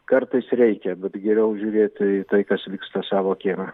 kartais reikia bet geriau žiūrėti į tai kas vyksta savo kieme